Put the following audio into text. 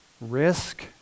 risk